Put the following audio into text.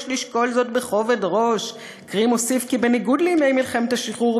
יש לשקול זאת בכובד ראש"; קרים הוסיף כי בניגוד לימי מלחמת השחרור,